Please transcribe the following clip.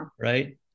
right